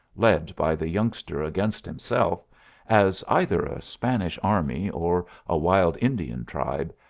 led by the youngster against himself as either a spanish army or a wild indian tribe,